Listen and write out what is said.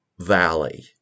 valley